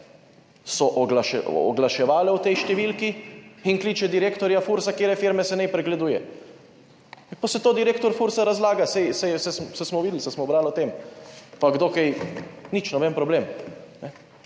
so oglaševale v tej številki in kliče direktorja Fursa, katere firme se naj pregleduje! Ja, pa saj to direktor Fursa razlaga, saj, saj je, saj smo videli, saj smo brali o tem. Pa kdo, kaj? Nič. Noben problem.